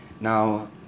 Now